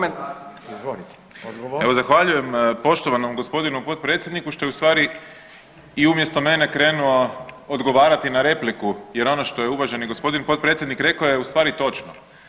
Evo zahvaljujem poštovanom gospodinu potpredsjedniku što je u stvari i umjesto mene krenuo odgovarati na repliku jer ono što je uvažani gospodin potpredsjednik rekao je u stvari točno.